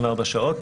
הסעיף